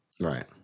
Right